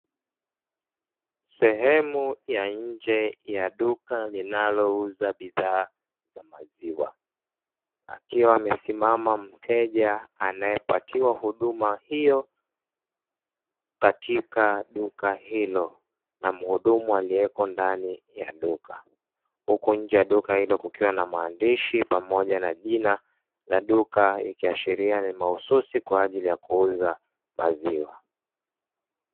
Sehemu ya nje ya duka linalouza bidhaa za maziwa, akiwa amesimama mteja anayepatiwa huduma hiyo katika duka hilo na mhudumu aliyeko ndani ya duka. Huku nje ya duka hilo kukiwa na maandishi pamoja na jina la duka ikiashiria ni mahususi kwa ajili ya kuuza maziwa.